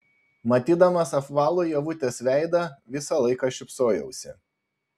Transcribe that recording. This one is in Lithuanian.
matydamas apvalų ievutės veidą visą laiką šypsojausi